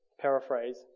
paraphrase